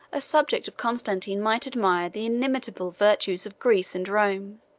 a subject of constantine might admire the inimitable virtues of greece and rome